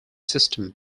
system